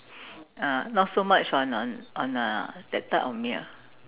ah not so much on on on uh that type of meal